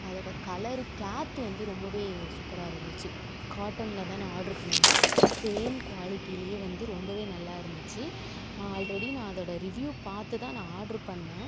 அதோட colour cloth வந்து ரொம்பவே சூப்பராக இருந்துச்சு காட்டனில் தான் நான் ஆர்டர் பண்ணிருந்தேன் சேம் குவாலிட்டிலியே வந்து ரொம்பவே நல்லா இருந்துச்சு ஆல்ரெடி நான் அதோட ரிவ்யூ பார்த்து தான் நான் ஆர்டர் பண்ணேன்